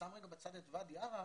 אני שם רגע בצד את ואדי ערה,